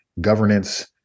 governance